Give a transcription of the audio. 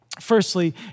Firstly